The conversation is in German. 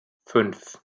fünf